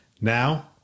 Now